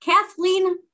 Kathleen